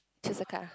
choose a card